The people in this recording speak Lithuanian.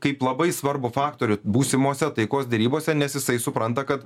kaip labai svarbų faktorių būsimose taikos derybose nes jisai supranta kad